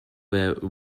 their